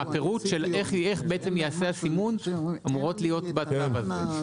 הפירוט של איך ייעשה הסימון אמורות להיות בצו הזה.